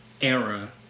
era